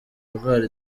indwara